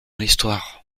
l’histoire